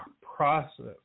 process